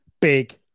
Big